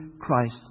Christ